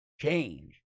change